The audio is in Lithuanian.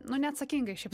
nu neatsakingai šiaip